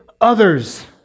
others